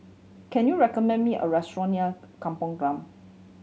can you recommend me a restaurant near Kampong Glam